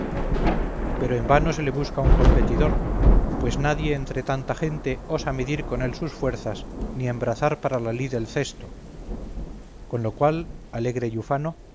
pero en vano se le busca un competidor pues nadie entre tanta gente osa medir con él sus fuerzas ni embrazar para la lid el cesto con lo cual alegre y ufano